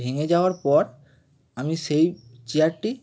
ভেঙে যাওয়ার পর আমি সেই চেয়ারটি